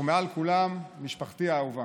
ומעל כולם משפחתי האהובה,